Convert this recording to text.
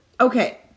okay